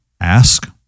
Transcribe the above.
ask